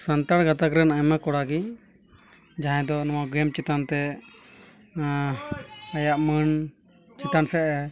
ᱥᱟᱱᱛᱟᱲ ᱜᱟᱛᱟᱜᱨᱮᱱ ᱟᱭᱢᱟ ᱠᱚᱲᱟᱜᱮ ᱡᱟᱦᱟᱸᱭ ᱫᱚ ᱱᱚᱣᱟ ᱜᱮᱢ ᱪᱮᱛᱟᱱᱛᱮ ᱟᱭᱟᱜ ᱢᱟᱹᱱ ᱪᱮᱛᱟᱱ ᱥᱮᱫᱮ